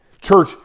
Church